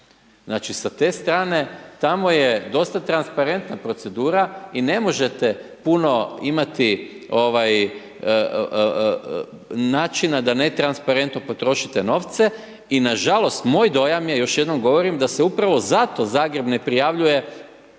Znači, sa te strane, tamo je dosta transparentna procedura i ne možete puno imati načina da netransparentno potrošite novce i nažalost, moj dojam je, još jednom govorim, da se upravo zato Zagreb ne prijavljuje